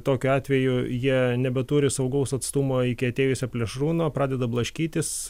tokiu atveju jie nebeturi saugaus atstumo iki atėjusio plėšrūno pradeda blaškytis